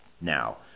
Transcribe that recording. Now